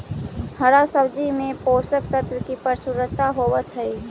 हरा सब्जियों में पोषक तत्व की प्रचुरता होवत हई